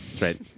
Right